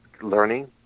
learning